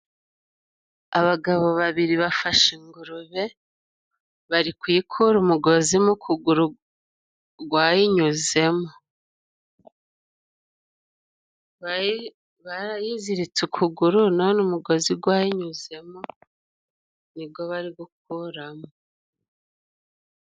Abagabo babiri bafashe ingurube, bari kuyikura umugozi mu kuguru gwayinyuzemo. Barayiziritse ukuguru, none umugozi gwayinyuzemo nigo bari gukoramo.